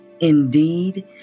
Indeed